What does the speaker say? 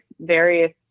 various